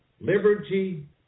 Liberty